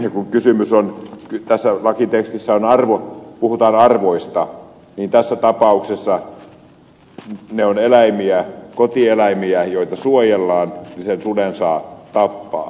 kun kysymys tässä lakitekstissä on arvoista puhutaan arvoista niin tässä tapauksessa ne ovat eläimiä kotieläimiä joita suojellaan ja sen suden saa tappaa